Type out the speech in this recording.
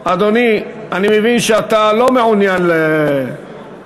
אדוני, אני מבין שאתה לא מעוניין לנמק.